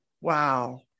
wow